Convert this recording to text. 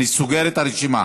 אני סוגר את הרשימה.